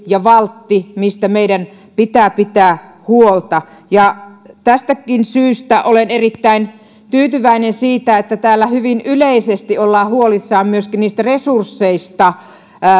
ja valtti mistä meidän pitää pitää huolta tästäkin syystä olen erittäin tyytyväinen että täällä hyvin yleisesti ollaan huolissaan myöskin niistä resursseista